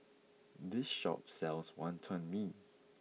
this shop sells Wonton Mee